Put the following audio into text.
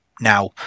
now